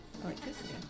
electricity